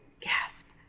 gasp